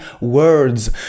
words